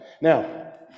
Now